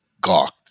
gawked